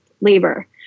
labor